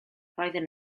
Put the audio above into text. roedden